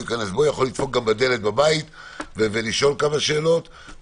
הוא יכול גם לדפוק בדלת הבית ולשאול כמה שאלות.